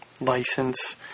license